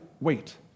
Wait